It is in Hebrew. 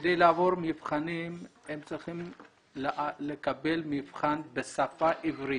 כדי לעבור מבחנים הם מקבלים מבחן בשפה עברית,